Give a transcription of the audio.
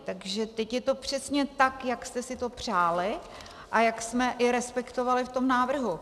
Takže teď je to přesně tak, jak jste si to přáli a jak jsme i respektovali v tom návrhu.